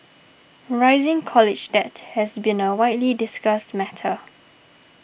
rising college debt has been a widely discussed matter